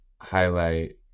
highlight